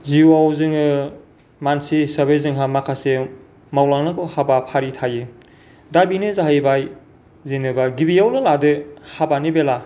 जिउआव जोङो मानसि हिसाबै जोंहा माखासे मावलांनांगौ हाबाफारि थायो दा बेनो जाहैबाय जेनेबा गिबियावनो लादो हाबानि बेला